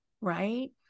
Right